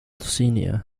senior